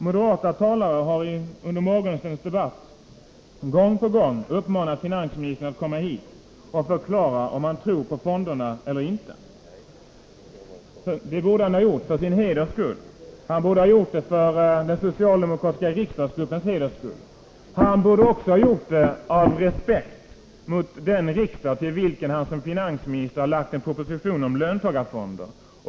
Moderata talare har under morgonens debatt gång på gång uppmanat finansministern att komma hit och förklara om han tror på fonderna eller inte. Det borde han ha gjort för sin heders skull. Han borde ha gjort det för den socialdemokratiska riksdagsgruppens heders skull. Han borde också ha gjort det av respekt för den riksdag till vilken han som finansminister har överlämnat en proposition om löntagarfonder.